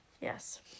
Yes